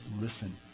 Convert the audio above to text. listen